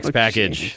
package